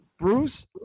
Bruce